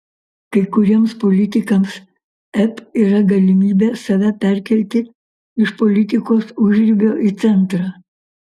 kai kuriems politikams ep yra galimybė save perkelti iš politikos užribio į centrą